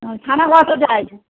ও ছানা কতো চাই